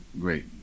great